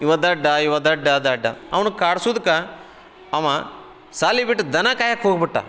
ಇವ ದಡ್ಡ ಇವ ದಡ್ಡ ದಡ್ಡ ಅವನು ಕಾಡ್ಸುದಕ್ಕ ಅವ ಶಾಲಿ ಬಿಟ್ಟು ದನ ಕಾಯಕ್ಕೆ ಹೋಗ್ಬಿಟ್ಟ